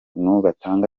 batanga